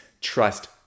trust